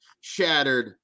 shattered